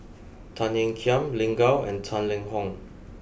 Tan Ean Kiam Lin Gao and Tang Liang Hong